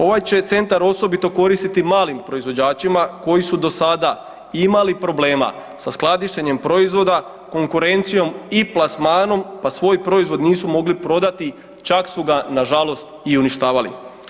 Ovaj će centar osobito koristiti malim proizvođačima koji su do sada imali problema sa skladištenjem proizvoda, konkurencijom i plasmanom pa svoj proizvod nisu mogli prodati, čak su ga nažalost i uništavali.